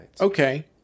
okay